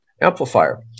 amplifier